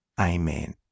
Amen